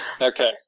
Okay